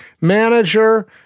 manager